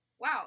Wow